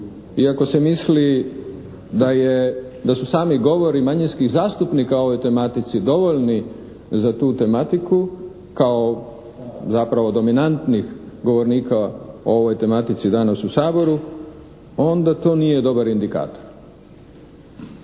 ako se misli da su sami govori manjinskih zastupnika o ovoj tematici dovoljni za tu tematiku kao zapravo dominantnih govornika o ovoj tematici danas u Saboru onda to nije dobar indikator.